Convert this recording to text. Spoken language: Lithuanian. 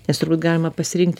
nes turbūt galima pasirinkti